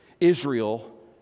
Israel